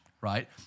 right